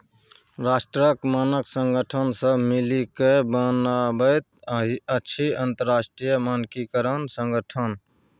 राष्ट्रक मानक संगठन सभ मिलिकए बनाबैत अछि अंतरराष्ट्रीय मानकीकरण संगठन